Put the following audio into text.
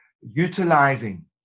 utilizing